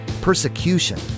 persecution